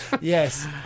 Yes